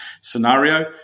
scenario